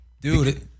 Dude